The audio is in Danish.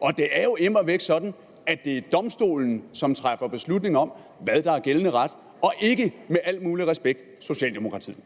og det er jo immer væk sådan, at det er Domstolen, som træffer beslutning om, hvad der er gældende ret, og ikke – med al mulig respekt – Socialdemokratiet.